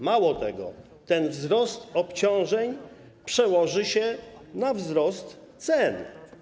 Mało tego, ten wzrost obciążeń przełoży się na wzrost cen.